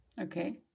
Okay